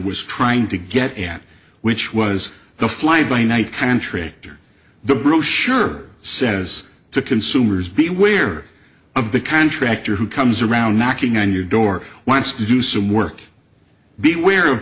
was trying to get at which was the fly by night contractor the brochure says to consumers be aware of the contractor who comes around knocking on your door once you do some work be aware of